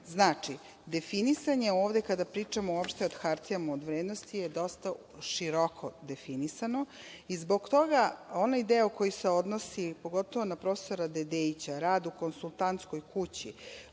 definisan je ovde kada pričamo uopšte o hartijama od vrednosti je dosta široko definisano i zbog toga onaj deo koji se odnosi, pogotovo na profesora Dedeića rad u konsultantskoj kući,